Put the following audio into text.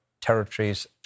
territories